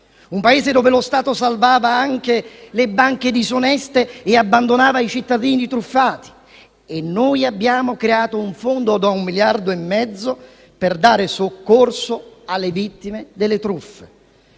un Paese dove lo Stato salvava anche le banche disoneste e abbandonava i cittadini truffati e noi abbiamo creato un fondo da un miliardo e mezzo per dare soccorso alle vittime delle truffe.